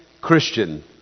Christian